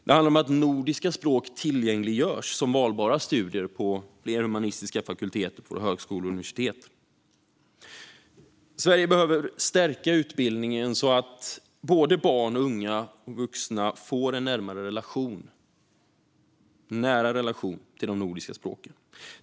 Det handlar om att nordiska språk tillgängliggörs som valbara studier på fler humanistiska fakulteter på våra högskolor och universitet. Sverige behöver stärka utbildningen, så att både barn och unga vuxna får en närmare relation - en nära relation - till de nordiska språken.